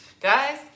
Guys